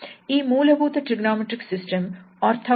ಈ ಮೂಲಭೂತ trigonometric system orthogonal ಆಗಿವೆ ಅಂದರೆ ಏನರ್ಥ